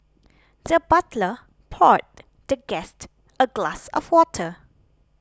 the butler poured the guest a glass of water